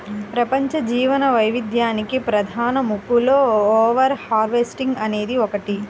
ప్రపంచ జీవవైవిధ్యానికి ప్రధాన ముప్పులలో ఓవర్ హార్వెస్టింగ్ అనేది ఒకటి